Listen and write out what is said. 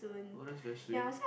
oh that's very sweet